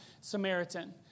Samaritan